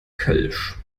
kölsch